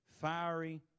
fiery